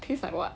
taste like what